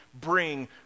bring